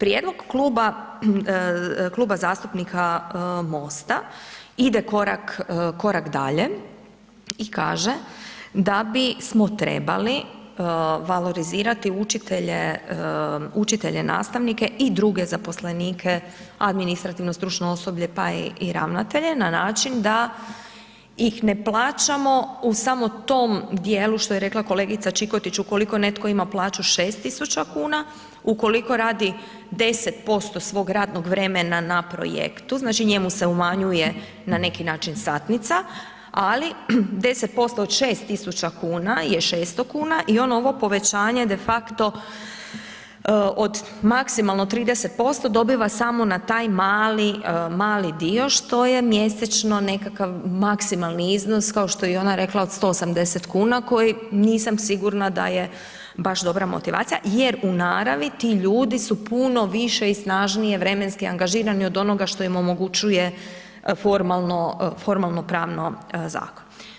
Prijedlog kluba, Kluba zastupnika MOST-a ide korak, korak dalje i kaže da bismo trebali valorizirati učitelje, učitelje, nastavnike i druge zaposlenike, administrativno stručno osoblje, pa i ravnatelje na način da ih ne plaćamo u samo tom dijelu što je rekla kolegica Čikolić, ukoliko netko ima plaću 6.000,00 kn, ukoliko radi 10% svog radnog vremena na projektu, znači njemu se umanjuje na neki način satnica, ali 10% od 6.000,00 kn je 600,00 kn i on ovo povećanje defakto od maksimalno 30% dobiva samo na taj mali, mali dio, što je mjesečno nekakav maksimalni iznos kao što je i ona rekla od 180,00 kn koji nisam sigurna da je baš dobra motivacija jer u naravi ti ljudi su puno više i snažnije vremenski angažirani od onoga što im omogućuje formalno, formalnopravno zakon.